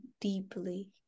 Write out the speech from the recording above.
deeply